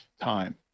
time